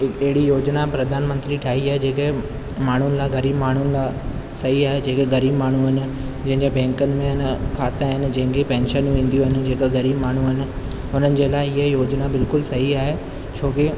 हिकु अहिड़ी योजना प्रधान मंत्री ठाही आहे जेके माण्हुनि लाइ ग़रीबु माण्हुनि लाइ सही आहे जेके ग़रीबु माण्हू आहिनि जंहिंजे बैंकुनि में न खाता आहिनि जंहिंखे पेंशनूं ईंदियूं आहिनि जेका ग़रीबु माण्हू आहिनि हुननि जे लाइ इहे योजना बिल्कुलु सही आहे छोकी